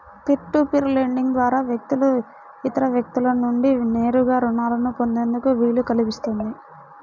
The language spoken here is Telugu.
పీర్ టు పీర్ లెండింగ్ ద్వారా వ్యక్తులు ఇతర వ్యక్తుల నుండి నేరుగా రుణాలను పొందేందుకు వీలు కల్పిస్తుంది